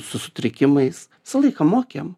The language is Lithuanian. su sutrikimais visą laiką mokėm